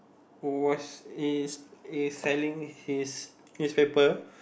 was he's he's selling his newspaper